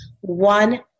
one